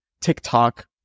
TikTok